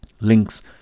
Links